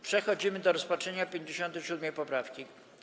Przechodzimy do rozpatrzenia 57. poprawki.